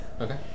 Okay